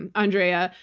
and andrea,